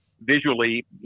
visually